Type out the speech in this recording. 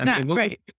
right